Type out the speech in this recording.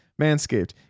Manscaped